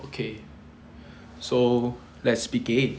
okay so let's it